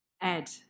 Ed